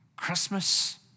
Christmas